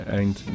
eind